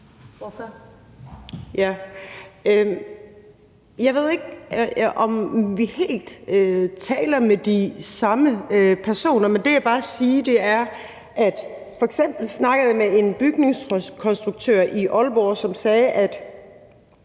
Jeg ved ikke helt, om vi taler med de samme personer. Men det, jeg bare vil sige, er, at jeg f.eks. snakkede med en bygningskonstruktør i Aalborg, som sagde, at